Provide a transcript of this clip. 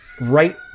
right